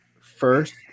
first